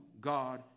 God